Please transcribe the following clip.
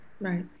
Right